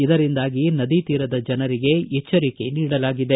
ಇದಿರಂದಾಗಿ ನದಿ ತೀರದ ಜನರಿಗೆ ಎಚ್ವರಿಕೆ ನೀಡಲಾಗಿದೆ